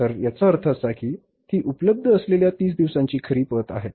तर याचा अर्थ असा की ती उपलब्ध असलेल्या 30 दिवसांची खरी पत आहे